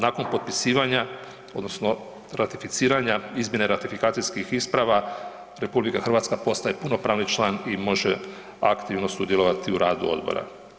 Nakon potpisivanja odnosno ratificiranja, izmjene ratifikacijskih isprava RH postaje punopravni član i može aktivno sudjelovati u radu odbora.